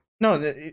No